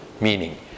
Meaning